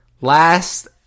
Last